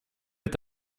est